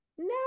no